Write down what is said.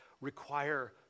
require